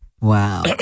Wow